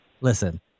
Listen